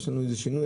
יש לנו איזה שינוי,